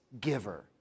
giver